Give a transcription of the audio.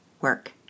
work